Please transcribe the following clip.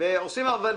ועושים עבודה.